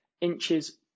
inches